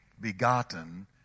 begotten